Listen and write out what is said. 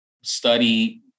study